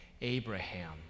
abraham